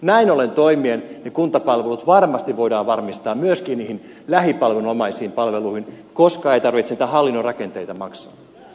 näin ollen toimien ne kuntapalvelut varmasti voidaan varmistaa myöskin niihin lähipalvelunomaisiin palveluihin koska ei tarvitse niitä hallinnon rakenteita maksaa